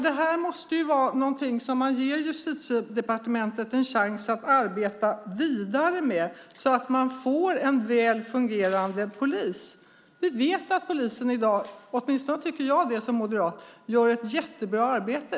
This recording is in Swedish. Det här måste vara någonting som man ger Justitiedepartementet en chans att arbeta vidare med, så att man får en väl fungerande polis. Vi vet att polisen i dag gör ett jättebra arbete. Åtminstone tycker jag det som moderat.